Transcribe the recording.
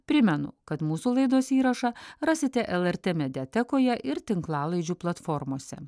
primenu kad mūsų laidos įrašą rasite lrt mediatekoje ir tinklalaidžių platformose